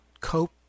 cope